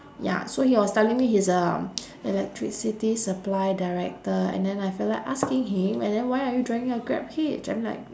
ya so he was telling me he's uh electricity supply director and then I feel like asking him and then why are you driving a grab hitch I mean like